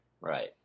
Right